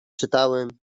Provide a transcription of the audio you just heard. czytałem